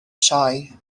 sioe